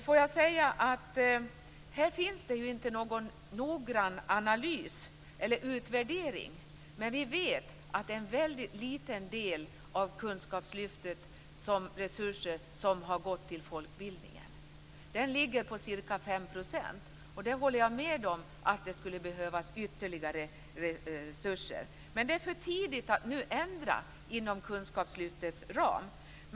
Får jag säga att det inte har gjorts någon noggrann analys eller utvärdering, men vi vet att en väldigt liten del av kunskapslyftets resurser har gått till folkbildningen. Det är ca 5 %. Jag håller med om att det skulle behövas ytterligare resurser, men det är för tidigt att nu ändra inom kunskapslyftets ram.